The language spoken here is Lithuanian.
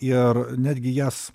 ir netgi jas